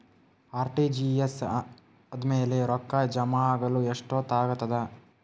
RTGS ಆದ್ಮೇಲೆ ರೊಕ್ಕ ಜಮಾ ಆಗಲು ಎಷ್ಟೊತ್ ಆಗತದ?